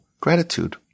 gratitude